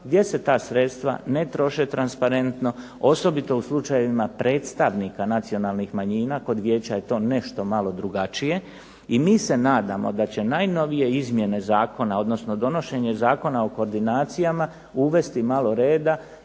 gdje se ta sredstva ne troše transparentno, osobito u slučajevima predstavnika nacionalnih manjina, kod vijeća je to nešto malo drugačije, i mi se nadamo da će najnovije izmjene zakona, odnosno donošenje Zakona o koordinacijama uvesti malo reda